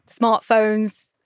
smartphones